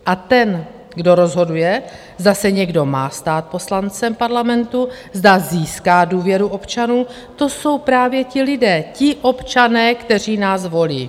A ten, kdo rozhoduje, zda se někdo má stát poslancem parlamentu, zda získá důvěru občanů, to jsou právě ti lidé, ti občané, kteří nás volí.